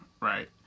right